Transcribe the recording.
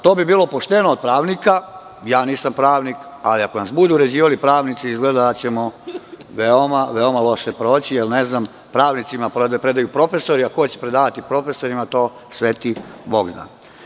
To bi bilo pošteno od pravnika, a ja nisam pravnik, ali ako nas budu uređivali pravnici, izgleda da ćemo veoma loše proći, jer ne znam pravnicima predaju profesori, a ko će predavati profesorima, to sveti bog zna.